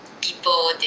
people